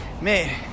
Man